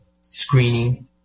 screening